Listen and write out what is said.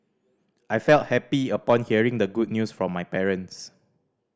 I felt happy upon hearing the good news from my parents